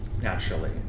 naturally